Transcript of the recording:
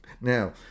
now